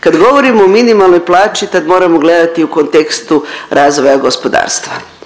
Kad govorimo o minimalnoj plaći tad moramo gledati u kontekstu razvoja gospodarstva.